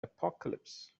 apocalypse